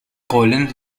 collins